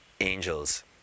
angels